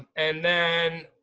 and then,